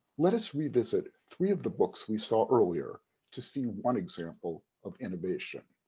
let us revisit three of the books we saw earlier to see one example of innovation.